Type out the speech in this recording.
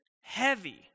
heavy